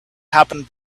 happened